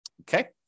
okay